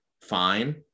fine